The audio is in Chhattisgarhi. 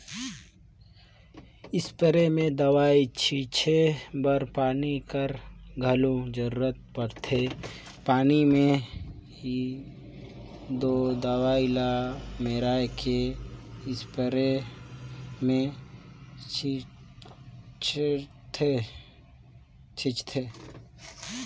इस्पेयर में दवई छींचे बर पानी कर घलो जरूरत परथे पानी में ही दो दवई ल मेराए के इस्परे मे छींचथें